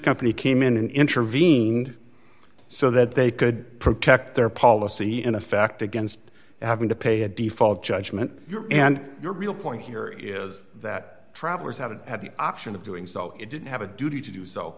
company came in and intervened so that they could protect their policy in effect against having to pay a default judgment and your real point here is that travelers haven't had the option of doing so it didn't have a duty to do so